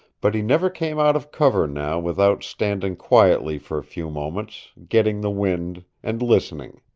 but he never came out of cover now without standing quietly for a few moments, getting the wind, and listening.